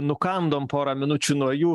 nukandom porą minučių nuo jų